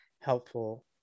helpful